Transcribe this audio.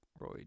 roy